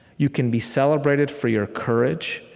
you can be celebrated for your courage,